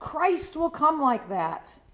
christ will come like that,